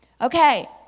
Okay